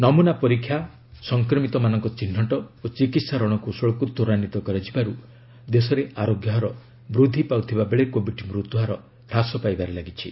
ନମୁନା ପରୀକ୍ଷା ସଂକ୍ରମିତମାନଙ୍କର ଚିହ୍ନଟ ଓ ଚିକିତ୍ସା ରଣକୌଶଳକୁ ତ୍ୱରାନ୍ଧିତ କରାଯିବାରୁ ଦେଶରେ ଆରୋଗ୍ୟ ହାର ବୃଦ୍ଧି ପାଉଥିବା ବେଳେ କୋବିଡ୍ ମୃତ୍ୟୁହାର ହ୍ରାସ ପାଇବାରେ ଲାଗିଛି